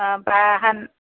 অ পাই এখন